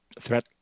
threat